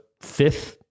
fifth